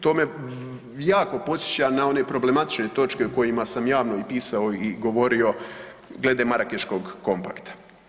To me jako podsjeća na one problematične točke o kojima sam javno i pisao i govorio glede Marakeškog kompakta.